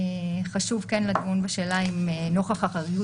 חשוב כן לדון בשאלה האם נוכח האחריות